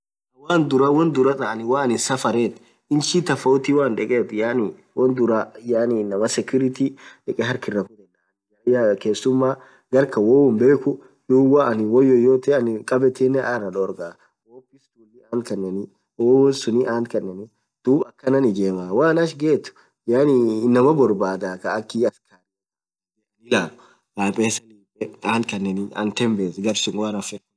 Won dhura won dhura taanin safarethu inchi tofauti woanin dhekthu yaan won dhura yaani inamaa security dhekee harkh irakuthedha jarayya anin khesumaaa garkhan woyyu hinbekhu dhub woanin won yoyote akhabethinen araa dhorghaa dhub peace full atha khaneni dhub woo wonsun atkhaneni dhub akhanan ijemeni woan ach ghethu yaani inamaa borbadha khaa akhi askaria baa pesa lipe atkhaneni jarsun woyu araa hifedhu